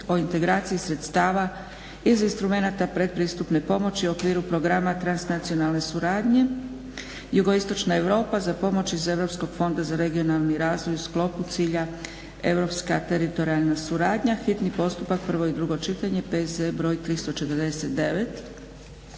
o integraciji sredstava iz instrumenta pretpristupne pomoći u okviru Programa transnacionalne suradnje jugoistočna Europa za pomoć iz Europskog fonda za regionalni razvoj u sklopu cilja europska teritorijalna suradnja, hitni postupak, prvo i drugo čitanje, P.Z. br. 349;